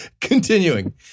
Continuing